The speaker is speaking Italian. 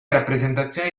rappresentazioni